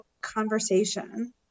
conversation